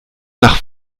nach